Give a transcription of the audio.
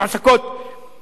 בסקטור הציבורי.